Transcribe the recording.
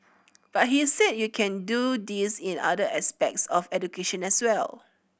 but he said you can do this in other aspects of education as well